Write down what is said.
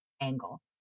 angle